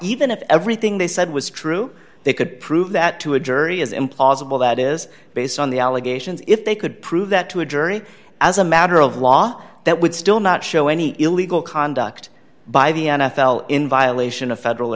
even if everything they said was true they could prove that to a jury is implausible that is based on the allegations if they could prove that to a jury as a matter of law that would still not show any illegal conduct by the n f l in violation of federal